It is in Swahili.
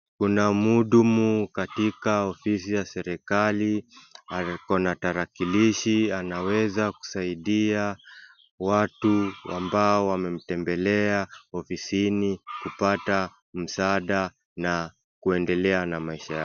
Kuna muhudumu katika ofisi ya serikali, ako na tarakilishi anaweza kusaidia watu ambao wamemtembelea ofisini kupata msaada na kuendelea na maisha.